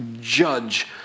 judge